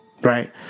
Right